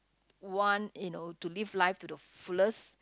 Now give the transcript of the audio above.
want you know to live life to the fullest